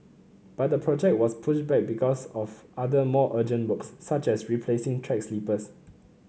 but the project was pushed back because of other more urgent works such as replacing track sleepers